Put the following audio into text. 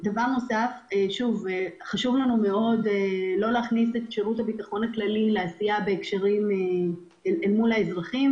חשוב לנו מאוד לא להכניס את שירות הביטחון הכללי לעשייה מול האזרחים,